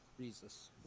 Jesus